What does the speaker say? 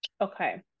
okay